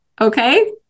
Okay